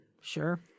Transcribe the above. Sure